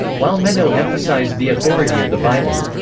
while menno emphasized the authority of the bible.